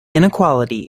inequality